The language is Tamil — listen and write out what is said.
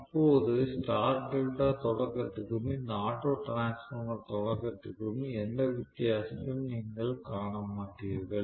அப்போது ஸ்டார் டெல்டா தொடக்கத்துக்கும் இந்த ஆட்டோ டிரான்ஸ்பார்மர் தொடக்கத்துக்கும் எந்த வித்தியாசத்தையும் நீங்கள் காண மாட்டீர்கள்